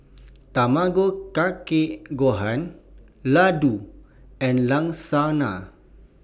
Tamago Kake Gohan Ladoo and Lasagna